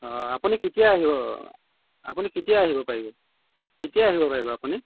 হয় আপুনি কেতিয়া আহিব আপুনি কেতিয়া আহিব পাৰিব কেতিয়া আহিব পাৰিব আপুনি